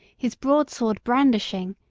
his broadsword brandishing,